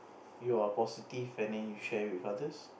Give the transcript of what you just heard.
you're positive and then you share with others